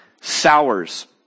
sours